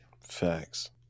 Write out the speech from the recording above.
Facts